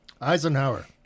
Eisenhower